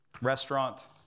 Restaurant